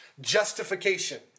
justification